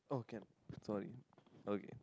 oh can sorry okay